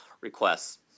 requests